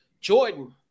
Jordan